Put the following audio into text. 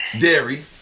dairy